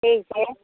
ठीक छै